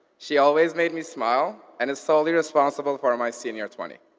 she always made me smile, and is solely responsible for my senior twenty.